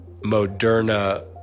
Moderna